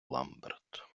ламберт